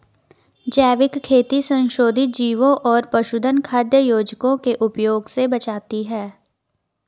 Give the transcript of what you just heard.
जैविक खेती संशोधित जीवों और पशुधन खाद्य योजकों के उपयोग से बचाती है